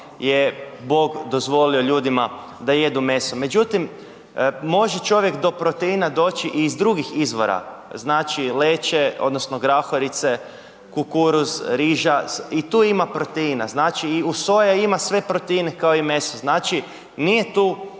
je Bog dozvolio ljudima da jedu meso. Međutim, može čovjek do proteina doći i iz drugih izvora, znači leće, odnosno grahorice, kukuruz, riža, i tu ima proteina, znači i soja ima sve proteine kao i meso, znači nije tu